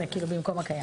סעיף 8 במקום הסעיף הקיים.